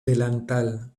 delantal